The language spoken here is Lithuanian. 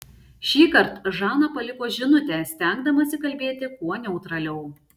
šįkart žana paliko žinutę stengdamasi kalbėti kuo neutraliau